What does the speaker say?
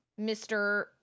Mr